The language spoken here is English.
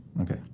Okay